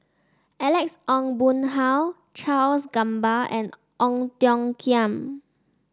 Alex Ong Boon Hau Charles Gamba and Ong Tiong Khiam